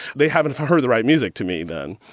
they haven't heard the right music to me, then.